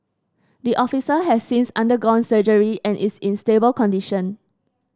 the officer has since undergone surgery and is in stable condition